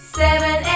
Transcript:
seven